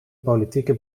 politieke